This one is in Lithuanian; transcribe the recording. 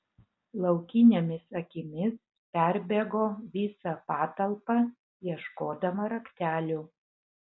laukinėmis akimis perbėgo visą patalpą ieškodama raktelių